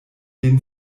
den